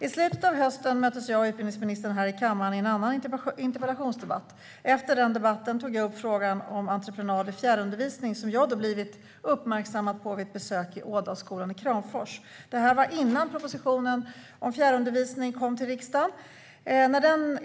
I slutet av hösten möttes jag och utbildningsministern här i kammaren i en annan interpellationsdebatt. Efter den debatten tog jag upp frågan om entreprenad i fjärrundervisning, som jag blivit uppmärksammad på vid ett besök i Ådalsskolan i Kramfors. Det här var innan propositionen om fjärrundervisning kom till riksdagen.